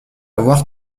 voir